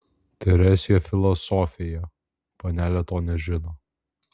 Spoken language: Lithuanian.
teresėje filosofėje panelė to nežino